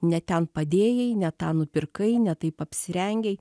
ne ten padėjai ne tą nupirkai ne taip apsirengei